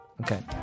Okay